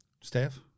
Staff